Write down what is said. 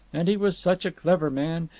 and he was such a clever man,